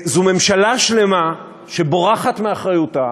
זו ממשלה שלמה שבורחת מאחריותה,